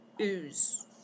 ooze